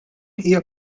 hija